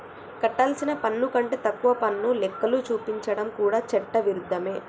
కట్టాల్సిన పన్ను కంటే తక్కువ పన్ను లెక్కలు చూపించడం కూడా చట్ట విరుద్ధమే